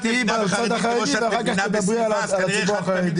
לראות ------ על החרדים כמו ש --- אז כנראה --- טוב לסביבה.